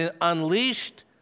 unleashed